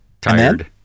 Tired